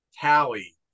tally